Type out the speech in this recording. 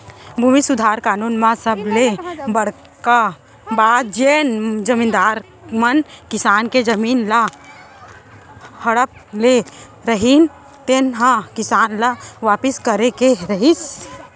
भूमि सुधार कानून म सबले बड़का बात जेन जमींदार मन किसान के जमीन ल हड़प ले रहिन तेन ह किसान ल वापिस करे के रहिस